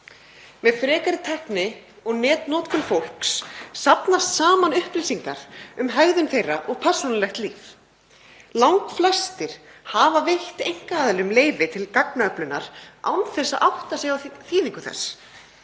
Með frekari tækni og netnotkun fólks safnast saman upplýsingar um hegðun þeirra og persónulegt líf. Langflestir hafa veitt einkaaðilum leyfi til gagnaöflunar án þess að átta sig á þýðingu þess.